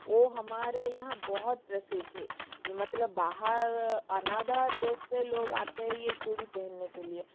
ओ हमारे यहाँ बहुत प्रसिद्ध है मतलब बाहर अनदर देश से लोग आते है ये चूड़ी पहनने के लिए